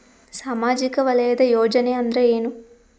ಸಾಮಾಜಿಕ ವಲಯದ ಯೋಜನೆ ಅಂದ್ರ ಏನ?